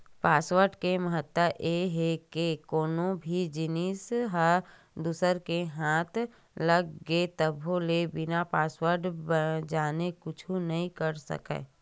password के महत्ता ए हे के कोनो भी जिनिस ह दूसर के हाथ लग गे तभो ले बिना पासवर्ड जाने कुछु नइ कर सकय